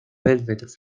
velvet